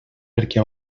perquè